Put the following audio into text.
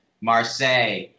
Marseille